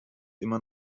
immer